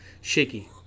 shaky